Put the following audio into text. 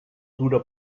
dura